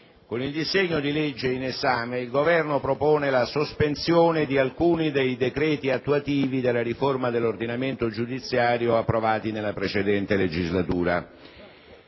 con il disegno di legge in esame il Governo propone la sospensione di alcuni dei decreti attuativi della riforma dell'ordinamento giudiziario approvati nella precedente legislatura.